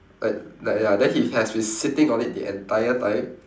like like ya then he has been sitting on it the entire time